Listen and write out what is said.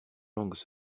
langues